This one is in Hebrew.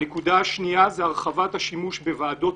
הנקודה שנייה זה הרחבת השימוש בוועדות